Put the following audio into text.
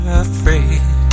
afraid